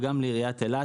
וגם לעיריית אילת